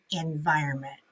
environment